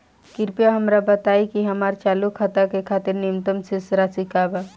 कृपया हमरा बताइ कि हमार चालू खाता के खातिर न्यूनतम शेष राशि का बा